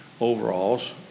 overalls